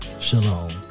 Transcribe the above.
Shalom